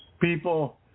People